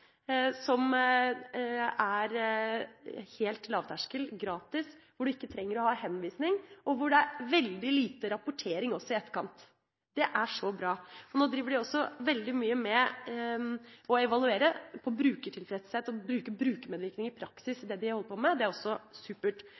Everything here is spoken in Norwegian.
som er helt lavterskel, som er gratis, hvor du ikke trenger å ha henvisning, og hvor det er veldig lite rapportering også i etterkant. Det er så bra. Nå driver de også veldig mye med å evaluere brukertilfredshet og brukermedvirkning i praksis når det gjelder det de har holdt på med. Det er også supert.